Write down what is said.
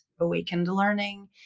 awakenedlearning